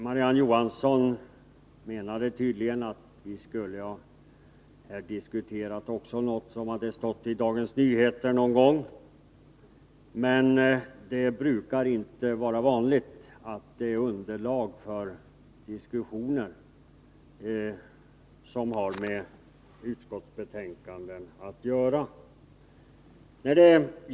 Marie-Ann Johansson menar tydligen att vi skulle här ha diskuterat också någonting som stått i Dagens Nyheter någon gång. Men det är inte vanligt att sådant utgör underlag för diskussioner som har med utskottsbetänkanden att göra.